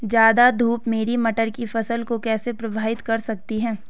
ज़्यादा धूप मेरी मटर की फसल को कैसे प्रभावित कर सकती है?